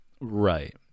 Right